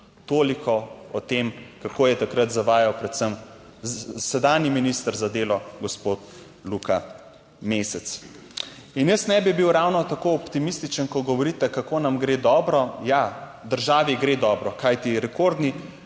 Toliko o tem, kako je takrat zavajal predvsem sedanji minister za delo, gospod Luka Mesec. Jaz ne bi bil ravno tako optimističen, ko govorite, kako nam gre dobro. Ja, državi gre dobro, kajti rekordni